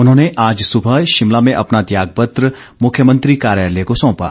उन्होंने आज सुबह शिमला में अपना त्यागपत्र मुख्यमंत्री कार्यालय को सौंपा